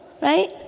Right